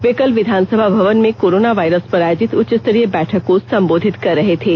वे कल विधानसभा भवन में कोरोना वायरस पर आयोजित उच्च स्तरीय बैठक को संबोधित कर रहे थे